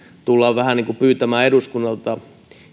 tullaan vähän niin kuin pyytämään eduskunnalta